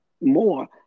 more